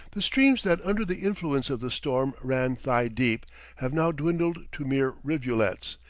the streams that under the influence of the storm ran thigh-deep have now dwindled to mere rivulets,